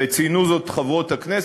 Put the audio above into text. וציינו זאת חברות הכנסת,